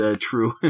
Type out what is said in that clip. true